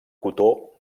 cotó